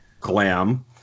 glam